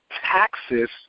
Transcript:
taxes